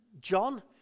John